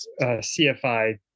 CFI